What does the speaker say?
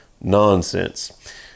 nonsense